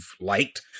liked